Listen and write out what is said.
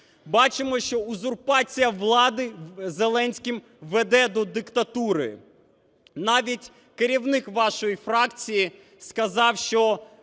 Бачимо, що узурпація влади Зеленським веде до диктатури. Навіть керівник вашої фракції сказав, що